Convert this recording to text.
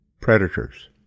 predators